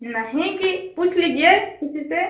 नहीं कि पूछ लीजिए किसी से